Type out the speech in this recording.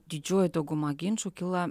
didžioji dauguma ginčų kyla